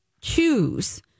choose